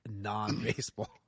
non-baseball